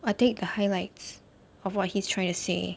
I take the highlights of what he's trying to say